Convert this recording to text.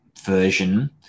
version